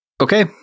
Okay